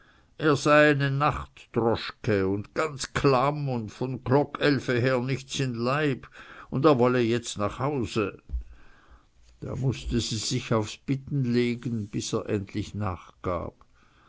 sei nachtdroschke un janz klamm un von klock elwe nichts in'n leib un er wolle jetzt nach hause da mußte sie sich aufs bitten legen bis er endlich nachgab